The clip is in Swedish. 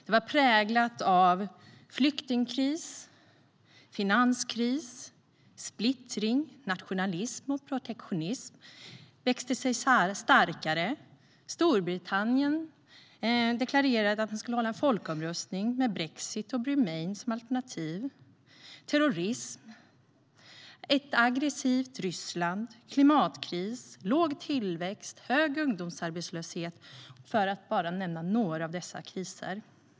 Det var präglat av flyktingkris, finanskris, splittring, nationalism och protektionism som växte sig starkare, Storbritannien som deklarerade att man skulle hålla en folkomröstning med brexit och bremain som alternativ, terrorism, ett aggressivt Ryssland, klimatkris, låg tillväxt, hög ungdomsarbetslöshet - för att bara nämna några av dessa kriser.